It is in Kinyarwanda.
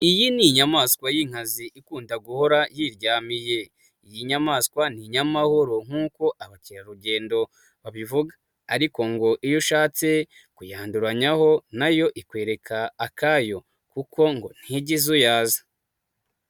Iyi ni inyamaswa y'inkazi ikunda guhora yiryamiye. I y'inyamaswa ni inyamahoro nk'uko abakerarugendo babivuga ariko ngo iyo ushatse kuyanduranyaho nayo ikwereka akayo kuko ngo ntijya izuyaza.